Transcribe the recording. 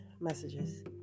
messages